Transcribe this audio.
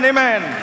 Amen